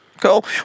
Cool